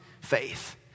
faith